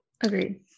agreed